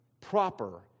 proper